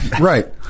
right